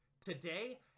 Today